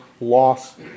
loss